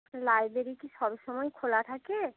library কি সব সময় খোলা থাকে